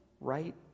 right